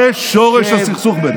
זה שורש הסכסוך בינינו.